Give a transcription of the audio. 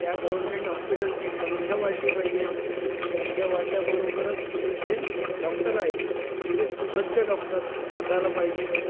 त्या गवर्नमेंट हॉस्पिटलची संख्या वाढली पाहिजे संख्या वाढल्याबरोबरच तिथं जे डॉक्टर आहेत ते सुसज्ज डॉक्टर असायला पाहिजे